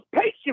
patient